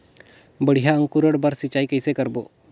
बढ़िया अंकुरण बर सिंचाई कइसे करबो?